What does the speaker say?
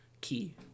Key